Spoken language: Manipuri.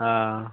ꯑꯥ